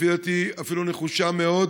לפי דעתי, אפילו נחושה מאוד